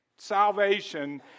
Salvation